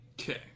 Okay